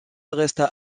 resta